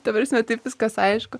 ta prasme taip viskas aišku